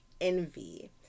envy